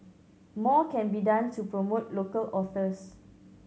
more can be done to promote local authors